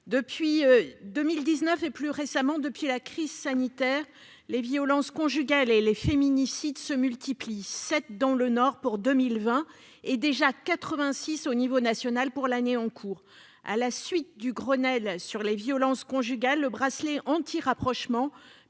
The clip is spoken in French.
Depuis 2019 et, plus récemment encore, depuis la crise sanitaire, les violences conjugales et les féminicides se multiplient : on en dénombre 7 dans le Nord en 2020 et déjà 86 à l'échelon national pour l'année en cours. À la suite du Grenelle des violences conjugales, le bracelet anti-rapprochement